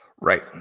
Right